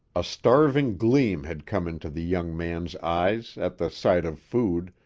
a starving gleam had come into the young man's eyes at the sight of food,